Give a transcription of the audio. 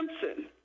Simpson